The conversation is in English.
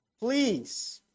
please